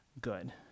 good